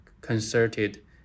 concerted